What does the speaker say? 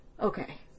okay